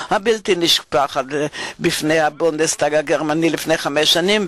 הבלתי-נשכחת בפני הבונדסטאג הגרמני לפני חמש שנים,